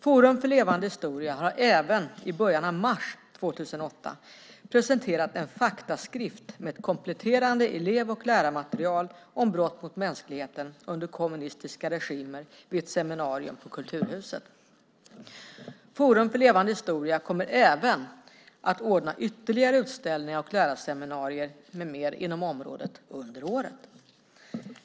Forum för levande historia har även i början av mars 2008 presenterat en faktaskrift med ett kompletterande elev och lärarmaterial om brott mot mänskligheten under kommunistiska regimer vid ett seminarium på Kulturhuset. Forum för levande historia kommer även att ordna ytterligare utställningar och lärarseminarier med mera inom området under året.